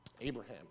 Abraham